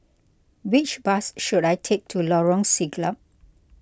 which bus should I take to Lorong Siglap